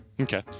Okay